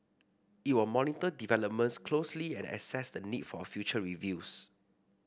it will monitor developments closely and assess the need for a future reviews